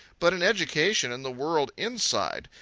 but an education in the world inside,